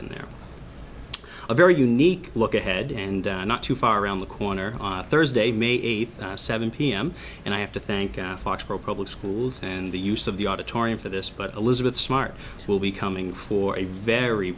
in there a very unique look ahead and not too far around the corner thursday may eighth seven pm and i have to thank aphex pro public schools and the use of the auditorium for this but elizabeth smart will be coming for a very